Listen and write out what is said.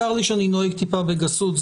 צר לי שאני נוהג טיפה בגסות,